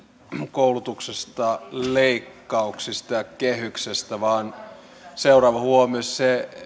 koulutuksesta leikkauksista ja kehyksestä vain seuraava huomio se